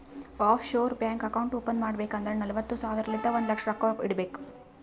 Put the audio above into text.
of sure bank account open ಮಾಡ್ಬೇಕ್ ಅಂದುರ್ ನಲ್ವತ್ತ್ ಸಾವಿರಲಿಂತ್ ಒಂದ್ ಲಕ್ಷ ರೊಕ್ಕಾ ಇಡಬೇಕ್